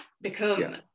become